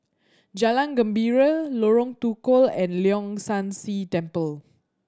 Jalan Gembira Lorong Tukol and Leong San See Temple